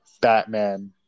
Batman